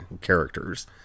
characters